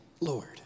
Lord